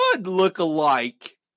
look-alike